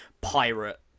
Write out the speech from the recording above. pirate